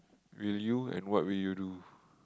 will you and what will you do